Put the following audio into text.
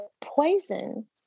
poison